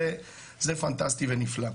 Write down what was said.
זה פנטסטי ונפלא.